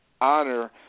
honor